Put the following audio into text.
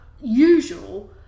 usual